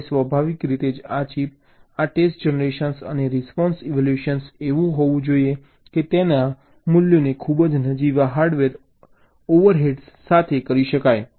હવે સ્વાભાવિક રીતે જ આ ચિપ આ ટેસ્ટ જનરેશન અને રિસ્પોન્સ ઇવેલ્યુએશન એવું હોવું જોઈએ કે તેનો અમલ ખૂબ જ નજીવા હાર્ડવેર ઓવરહેડ્સ સાથે કરી શકાય